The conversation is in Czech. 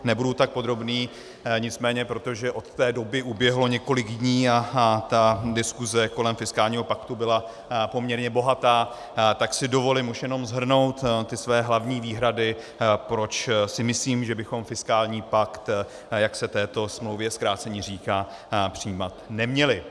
Nebudu tak podrobný, nicméně protože od té doby uběhlo několik dní a diskuse kolem fiskálního paktu byla poměrně bohatá, tak si dovolím už jenom shrnout své hlavní výhrady, proč si myslím, že bychom fiskální pakt, jak se této smlouvě zkráceně říká, přijímat neměli.